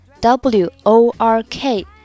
W-O-R-K